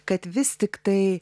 kad vis tiktai